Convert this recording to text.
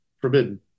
forbidden